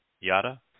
Yada